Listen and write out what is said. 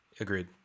Agreed